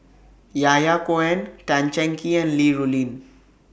Yahya Cohen Tan Cheng Kee and Li Rulin